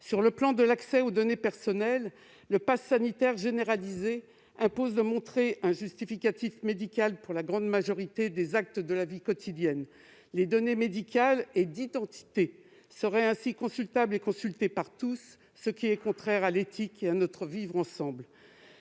Sur le plan de l'accès aux données personnelles, le passe sanitaire généralisé impose de montrer un justificatif médical pour la grande majorité des actes de la vie quotidienne. Les données médicales et d'identité seraient ainsi consultables et consultées par tous, ce qui est contraire à l'éthique et à notre vivre-ensemble.